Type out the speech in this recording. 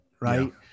Right